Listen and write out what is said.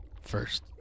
first